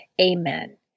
Amen